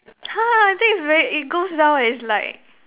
!huh! I think it's very it goes well it's like